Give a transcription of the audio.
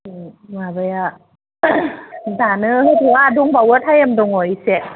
माबाया दानो होथ'आ दंबावो टाइम दङ इसे